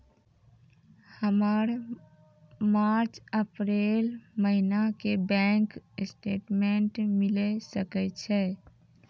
हमर March April महीना के बैंक स्टेटमेंट मिले सकय छै?